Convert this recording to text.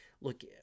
look